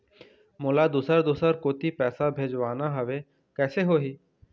मोला दुसर दूसर कोती पैसा भेजवाना हवे, कइसे होही?